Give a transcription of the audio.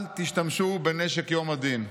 אל תשתמשו בנשק יום הדין.